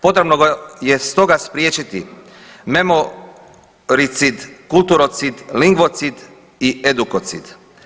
Potrebno je stoga spriječiti memoricid, kulturocid, lingvocid i edukocid.